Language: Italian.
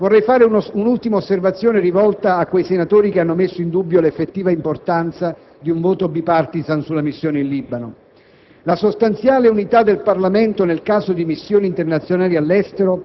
L'uso della forza non può essere escluso nella ricerca della pace e su mandato delle organizzazioni internazionali, ma non può nemmeno essere auspicato come principale strumento di risoluzione delle controversie.